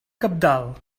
cabdal